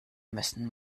müssten